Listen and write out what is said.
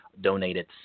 Donated